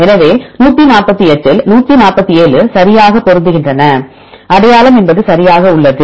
எனவே 148 இல் 147 சரியாக பொருந்துகின்றன அடையாளம் என்பது சரியாக உள்ளது